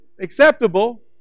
Acceptable